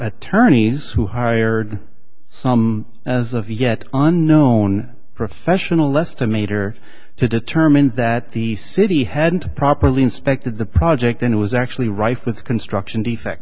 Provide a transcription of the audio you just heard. attorneys who hired some as of yet unknown professional less to major to determine that the city hadn't properly inspected the project and it was actually rife with construction defect